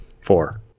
Four